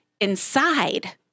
inside